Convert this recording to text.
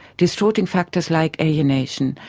distorting factors like alienation,